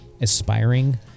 aspiring